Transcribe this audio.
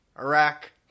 Iraq